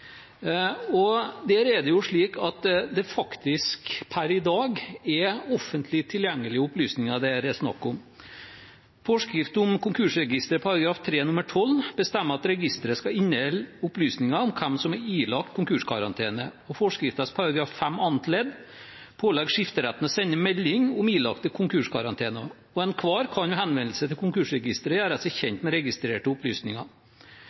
Det er slik at det per i dag faktisk er offentlig tilgjengelige opplysninger det er snakk om. Forskrift om konkursregisteret § 3 nr. 12 bestemmer at registeret skal inneholde opplysninger om hvem som er ilagt konkurskarantene, og forskriften § 5 annet ledd pålegger skifteretten å sende melding om ilagte konkurskarantener. Enhver kan henvende seg til Konkursregisteret og gjøre seg kjent med registrerte opplysninger.